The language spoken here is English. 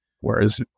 whereas